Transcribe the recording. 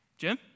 Jim